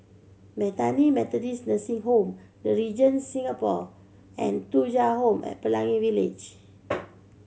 Bethany Methodist Nursing Home The Regent Singapore and Thuja Home at Pelangi Village